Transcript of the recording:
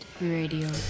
radio